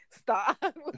stop